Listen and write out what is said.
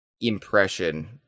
impression